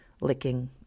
licking